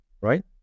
right